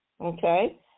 Okay